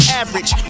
average